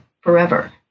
forever